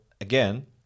again